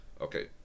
okay